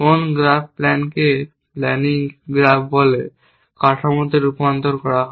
কোন গ্রাফ প্ল্যানকে planning graph বলে কাঠামোতে রূপান্তর করা হয়